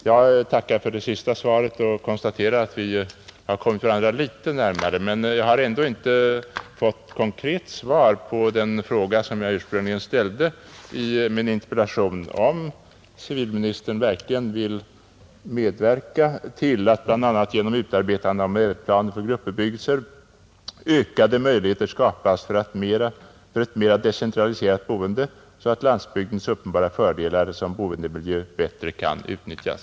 Jag tackar för det svar jag fick i civilministerns senaste anförande och konstaterar att vi som sagt kommit varandra litet närmare än tidigare, men att jag ändå inte fått konkret svar på den fråga som jag ursprungligen ställde i min interpellation, nämligen om civilministern vill medverka till att ”bl.a. genom utarbetande av modellplaner för gruppbebyggelser ökade möjligheter skapas för ett mera decentraliserat boende så att landsbygdens uppenbara fördelar som boendemiljö bättre kan utnyttjas”.